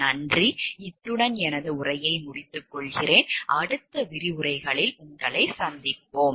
நன்றி அடுத்த விரிவுரைகளில் சந்திப்போம்